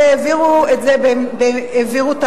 והעבירו את ההצעה.